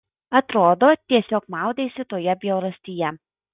atrodo tiesiog maudeisi toje bjaurastyje